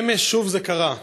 אמש שוב זה קרה: